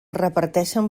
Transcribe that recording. reparteixen